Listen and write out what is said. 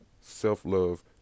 self-love